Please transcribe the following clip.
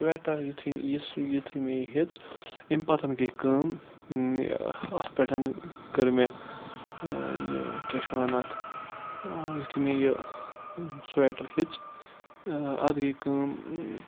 sweater یُتھُے مےٚ یہِ ہیٚژ اَمہِ پَتَن گٔے کٲم اتھ پیٚٹھ کٔر مےٚ یہِ کیاہ چھِ وَنان اتھ یُتھُے مےٚ یہِ سویٹَر ہیٚژ تہٕ اتھ گے کٲم